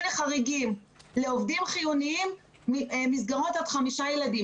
הנה חריגים: לעובדים חיוניים מסגרות עד חמישה ילדים,